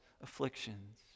afflictions